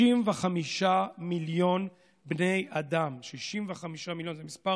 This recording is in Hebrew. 65 מיליון בני אדם, 65 מיליון, זה מספר